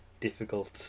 difficult